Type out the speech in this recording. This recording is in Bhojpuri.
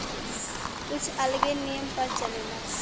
कुछ अलगे नियम पर चलेला